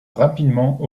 rapidement